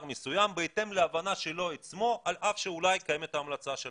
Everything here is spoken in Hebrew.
מסוים בהתאם להבנה שלו עצמו על אף שאולי קיימת ההמלצה שלכם.